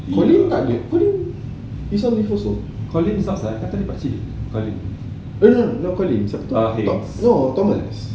colin tak ada colin he's on leave also no no no not colin siapa tu no thomas